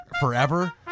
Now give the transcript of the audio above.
forever